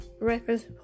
reference